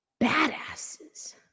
badasses